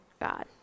God